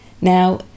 Now